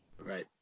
right